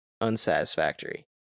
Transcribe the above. unsatisfactory